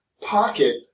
pocket